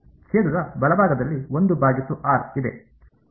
ಛೇದದ ಬಲಭಾಗದಲ್ಲಿ 1 ಭಾಗಿಸು r ಇದೆ